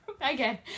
again